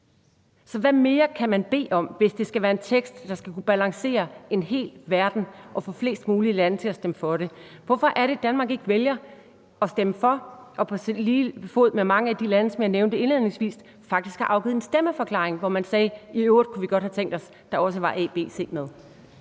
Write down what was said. Så hvad mere kan man bede om, hvis det skal være en tekst, der skal kunne balancere en hel verden og få flest mulige lande til at stemme for den? Hvorfor er det, at Danmark ikke vælger at stemme for og på lige fod med mange af de lande, jeg nævnte indledningsvis, faktisk afgiver en stemmeforklaring, hvor man kunne sige: I øvrigt kunne vi godt have tænkt os, at der også var A, B og C med?